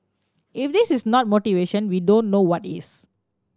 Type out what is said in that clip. if this is not motivation we don't know what is